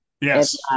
Yes